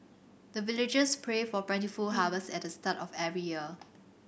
the villagers pray for plentiful harvest at the start of every year